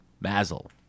Mazel